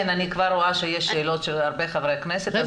כן, אני כבר רואה שיש שאלות של הרבה חברי כנסת.